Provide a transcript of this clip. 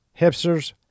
hipsters